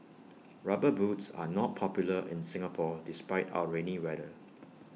rubber boots are not popular in Singapore despite our rainy weather